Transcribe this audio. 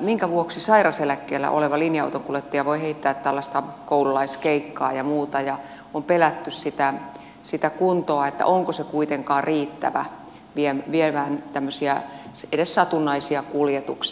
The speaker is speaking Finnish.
minkä vuoksi sairaseläkkeellä oleva linja autonkuljettaja voi heittää tällaista koululaiskeikkaa ja muuta ja on pelätty sitä kuntoa että onko se kuitenkaan riittävä viemään edes tämmöisiä satunnaisia kuljetuksia